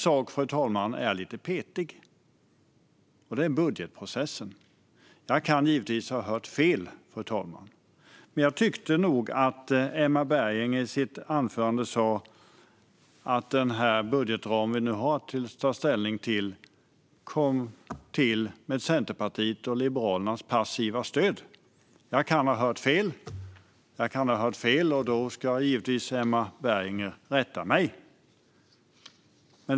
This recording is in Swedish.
När det gäller en sak är jag dock lite petig. Det gäller budgetprocessen. Jag kan givetvis ha hört fel, men jag tyckte nog att Emma Berginger sa i sitt anförande att den budgetram som vi nu har att ta ställning till kom till med Centerpartiets och Liberalernas passiva stöd. Jag kan ha hört fel, och då ska Emma Berginger givetvis rätta mig.